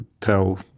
tell